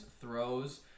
throws